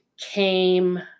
came